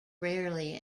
rarely